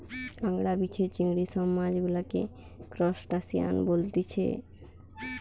কাঁকড়া, বিছে, চিংড়ি সব মাছ গুলাকে ত্রুসটাসিয়ান বলতিছে